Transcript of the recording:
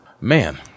Man